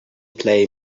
play